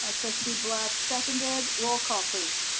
ah trustee black seconded, roll call please.